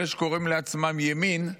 אלה שקוראים לעצמם ימין,